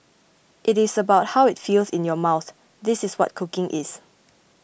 it is about how it feels in your mouth this is what cooking is